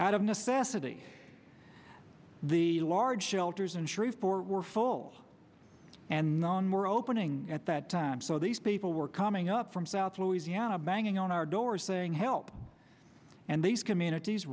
out of necessity the large shelters in shreveport were full and none were opening at that time so these people were coming up from south louisiana banging on our doors saying help and these communities